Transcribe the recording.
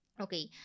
okay